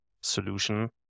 solution